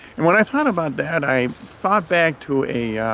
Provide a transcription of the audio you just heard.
and when i thought about that i thought back to a